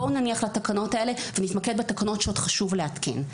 בואו נניח לתקנות האלה ונתמקד בתקנות שעוד חשוב להתקין.